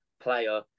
player